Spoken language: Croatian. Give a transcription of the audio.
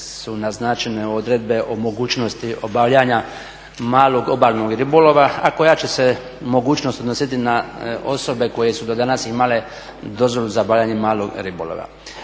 su naznačene odredbe o mogućnosti obavljanja malog obalnog ribolova, a koja će se mogućnost odnositi na osobe koje su do danas imale dozvolu za obavljanje malog ribolova.